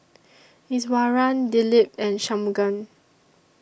Iswaran Dilip and Shunmugam